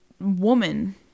woman